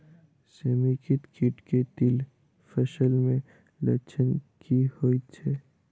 समेकित कीट केँ तिल फसल मे लक्षण की होइ छै?